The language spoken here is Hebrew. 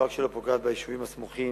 לא רק שלא פוגעת ביישובים הסמוכים,